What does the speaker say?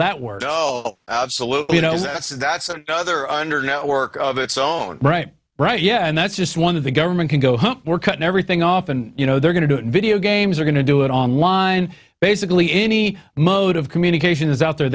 that works oh absolutely you know that's that's another under network of it's own right right yeah and that's just one of the government can go we're cutting everything off and you know they're going to video games are going to do it online basically any mode of communication is out there